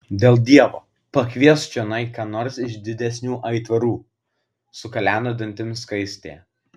dėl dievo pakviesk čionai ką nors iš didesnių aitvarų sukaleno dantimis skaistė